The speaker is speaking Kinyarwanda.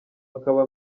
akaba